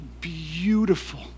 beautiful